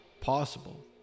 possible